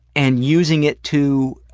and using it to,